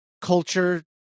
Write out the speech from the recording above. culture